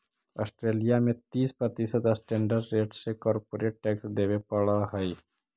Australia में तीस प्रतिशत स्टैंडर्ड रेट से कॉरपोरेट टैक्स देवे पड़ऽ हई